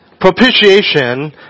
propitiation